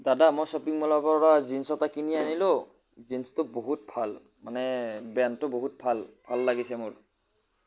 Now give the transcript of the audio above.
দাদা মই শ্বপিং মলৰ পৰা জিন্স এটা কিনি আনিলোঁ জীন্সটো বহুত ভাল মানে ব্ৰেণ্ডটো বহুত ভাল ভাল লাগিছে মোৰ